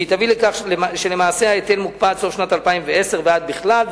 והיא תביא לכך שלמעשה ההיטל מוקפא עד סוף שנת 2010 ועד בכלל,